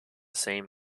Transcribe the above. same